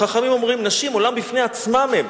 חכמים אומרים: נשים, עולם בפני עצמן הן.